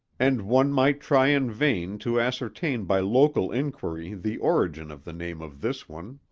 and one might try in vain to ascertain by local inquiry the origin of the name of this one.